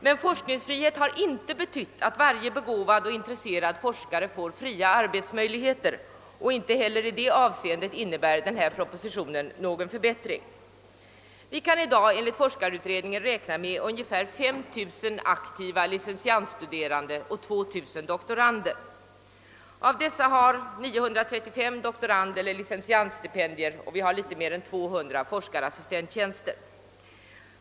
Men forskningsfri het har inte betytt att varje begåvad och intresserad forskare får fria arbetsmöjligheter, och inte heller i det avseendet innebär propositionen någon förbättring. Vi kan i dag enligt forskarutredningen räkna med ungefär 5 000 aktiva licentiander och 2000 doktorander. Av dessa har 935 doktorandeller licentiandstipendier, och litet mer än 200 har forskarassistenttjänster.